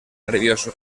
nervioso